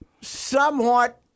somewhat